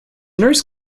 nurse